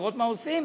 לראות מה עושים,